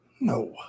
No